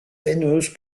veineuse